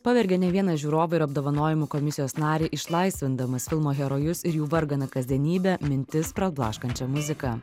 pavergė ne vieną žiūrovą ir apdovanojimų komisijos narį išlaisvindamas filmo herojus ir jų varganą kasdienybę mintis prablaškančia muzika